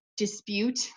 dispute